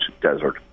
desert